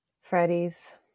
freddy's